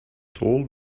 told